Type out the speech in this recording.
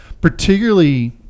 particularly